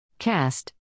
Cast